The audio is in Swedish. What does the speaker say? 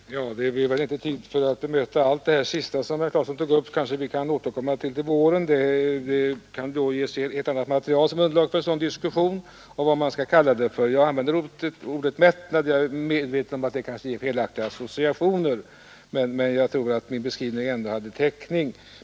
Herr talman! Det blir väl inte tid till att bemöta allt det som herr Claeson senast tog upp — kanske vi kan återkomma till det i vår då det finns ett annat underlag för en diskussion om vilken beteckning man skall använda. Jag använder ordet mättnad. Jag är medveten om att det kan ge felaktiga associationer, men jag tror att min beskrivning ändå hade täckning.